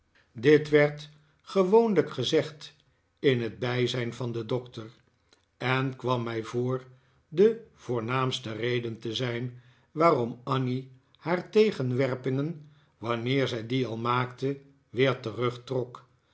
dit werd gewoonlijk gezegd in het bij zijn van den doctor en kwam mij voor de voornaamste reden te zijn waarom annie haar tegenwerpingen wanneer zij die al maakte weer